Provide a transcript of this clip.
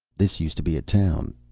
this used to be a town,